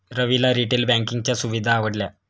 रविला रिटेल बँकिंगच्या सुविधा आवडल्या